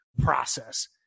process